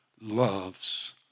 loves